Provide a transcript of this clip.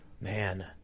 Man